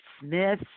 Smith